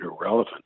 irrelevant